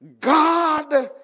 God